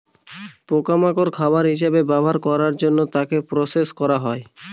পোকা মাকড় খাবার হিসেবে ব্যবহার করার জন্য তাকে প্রসেস করা হয়